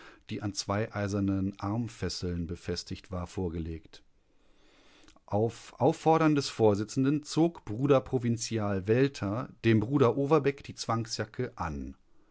die an zwei eisernen armfesseln befestigt waren vorgelegt auf auffordern des vorsitzenden zog bruder provinzial welter dem bruder overbeck die zwangsjacke an